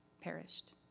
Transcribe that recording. perished